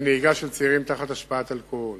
כלפי נהיגה של צעירים תחת השפעת אלכוהול.